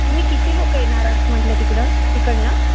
तुम्ही किती लोकं येणार आहात म्हटलं तिकडं तिकडनं